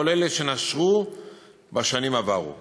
כולל אלו שנשרו בשנים עברו.